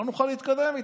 לא נוכל להתקדם איתו.